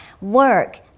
work